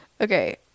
Okay